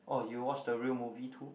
oh you watch the real movie too